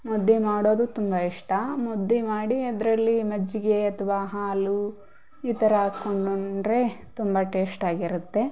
ಮುದ್ದೆ ಮಾಡೋದು ತುಂಬ ಇಷ್ಟ ಮುದ್ದೆ ಮಾಡಿ ಅದರಲ್ಲಿ ಮಜ್ಜಿಗೆ ಅಥವಾ ಹಾಲು ಈ ಥರ ಹಾಕ್ಕೊಂಡು ಉಂಡರೆ ತುಂಬ ಟೇಸ್ಟಾಗಿರುತ್ತೆ